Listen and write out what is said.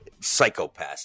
psychopaths